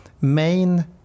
main